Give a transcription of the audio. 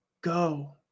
go